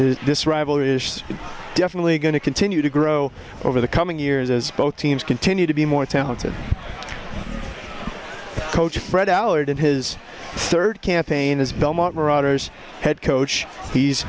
is this rivalry is definitely going to continue to grow over the coming years as both teams continue to be more talented coach fred allard in his third campaign as belmont marauders head coach he's